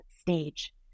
stage